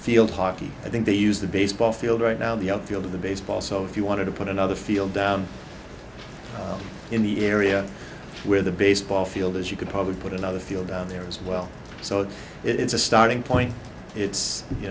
field hockey i think they use the baseball field right now the outfield of the baseball so if you want to put another field down in the area where the baseball field is you could probably put another field on there as well so it's a starting point it's you